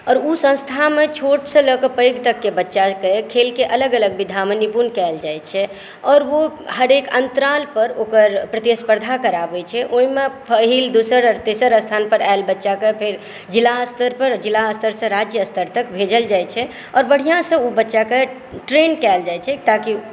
आओर ओ संस्थामे छोटसॅं लऽ कऽ पैघ तकके बच्चाके खेलके अलग अलग विधामे निपुण कयल जाइ छै आओर ओ हरेक अंतराल पर ओकर प्रतिस्पर्धा कराबै छै ओहिमे पहिल दोसर आर तेसर स्थान पर एल बच्चाके फेर ज़िला स्तर पर ज़िला स्तरसे राज्य स्तर तक भेजल जाइ छै आओर बढ़िआँसॅं ओ बच्चाके ट्रेंड कयल जाइ छै ताकि